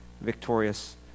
victorious